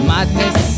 Madness